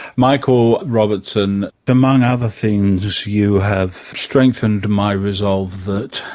michael robertson among other things you have strengthened my resolve that,